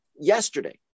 yesterday